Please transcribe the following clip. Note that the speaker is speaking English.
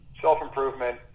self-improvement